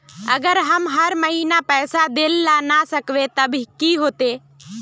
अगर हम हर महीना पैसा देल ला न सकवे तब की होते?